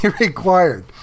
required